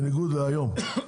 בניגוד להיום,